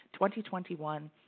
2021